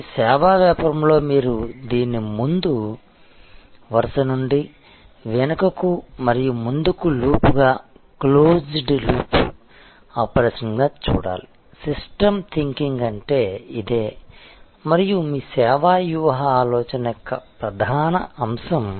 కానీ సేవా వ్యాపారంలో మీరు దీన్ని ముందు వరుస నుండి వెనుకకు మరియు ముందుకు లూప్గా క్లోజ్డ్ లూప్ ఆపరేషన్గా చూడాలి సిస్టమ్స్ థింకింగ్ అంటే ఇదే మరియు మీ సేవా వ్యూహ ఆలోచన యొక్క ప్రధాన అంశం